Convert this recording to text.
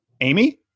Amy